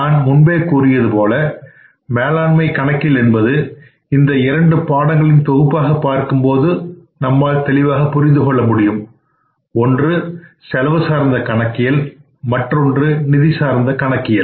நான் கூறியது போல மேலாண்மை கணக்கியல் என்பது 2 பாடங்களின்தொகுப்பாக பார்க்கும்போது தெளிவாக புரிந்துகொள்ள முடியும் ஒன்று செலவு சார்ந்த கணக்யியல் மற்றொன்று நிதி சார்ந்த கணக்கியல்